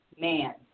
man